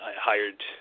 hired